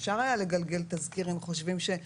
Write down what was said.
אפשר היה לגלגל תזכיר אם חושבים שזה כבר לא עבירה פלילית.